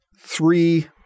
three